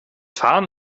fahren